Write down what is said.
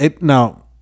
Now